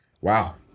Wow